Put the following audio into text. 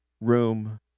room